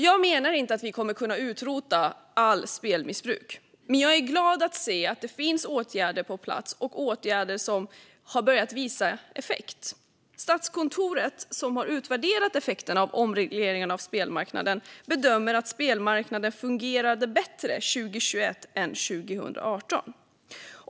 Jag menar inte att vi kommer att kunna utrota allt spelmissbruk, men jag är glad att se att det finns åtgärder på plats - åtgärder som har börjat få effekt. Statskontoret, som har utvärderat effekterna av omregleringen av spelmarknaden, bedömer att spelmarknaden fungerade bättre 2021 än 2018.